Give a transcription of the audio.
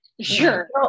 sure